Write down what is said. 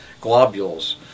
globules